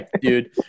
dude